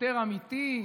יותר אמיתי,